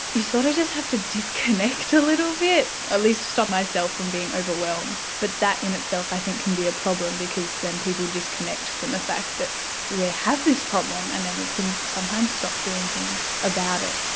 you sort of just have to you disconnect a little bit, or at least stop myself from being overwhelmed. but that in itself i think can be a problem because then people disconnect from the fact that we have this problem and then we can sometimes stop doing things about it.